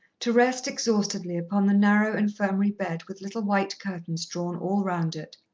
to rest exhaustedly upon the narrow infirmary bed with little white curtains drawn all round it.